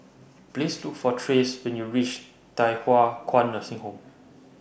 Please Look For Trace when YOU REACH Thye Hua Kwan Nursing Home